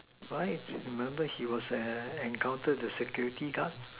fight remember he was encounter the security guard